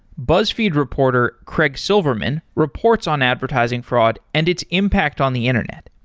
buzzfeed reporter, craig silverman, reports on advertising fraud and its impact on the internet.